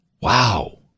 Wow